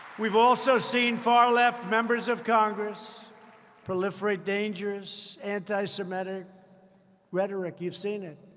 we've also seen far-left members of congress proliferate dangerous anti-semitic rhetoric. you've seen it.